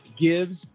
gives